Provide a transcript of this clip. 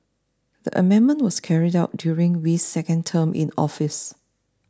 the amendment was carried out during wee's second term in office